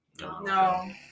No